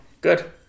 Good